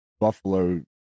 buffalo